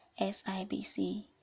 SIBC